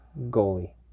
goalie